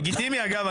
לגיטימי אגב,